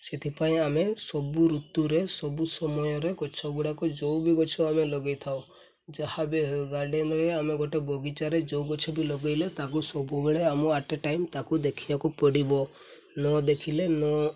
ସେଥିପାଇଁ ଆମେ ସବୁ ଋତୁରେ ସବୁ ସମୟରେ ଗଛ ଗୁଡ଼ାକ ଯେଉଁ ବି ଗଛ ଆମେ ଲଗାଇଥାଉ ଯାହା ବି ହଉ ଗାର୍ଡ଼େନରେ ଆମେ ଗୋଟେ ବଗିଚାରେ ଯେଉଁ ଗଛ ବି ଲଗାଇଲେ ତାକୁ ସବୁବେଳେ ଆମ ଆଟ୍ ଏ ଟାଇମ୍ ତାକୁ ଦେଖିବାକୁ ପଡ଼ିବ ନ ଦେଖିଲେ ନ